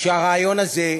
שהרעיון הזה,